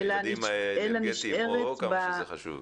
הילדים האלרגיים, כמה שזה חשוב.